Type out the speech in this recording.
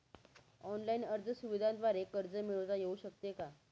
Online अर्ज सुविधांद्वारे कर्ज मिळविता येऊ शकते का?